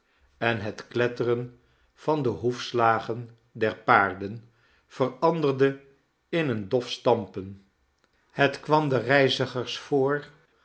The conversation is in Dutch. en het kletteren van de hoefslagen der paarden veranderde in een dof stampen het kwam den reizigers voor